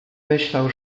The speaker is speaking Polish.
myślał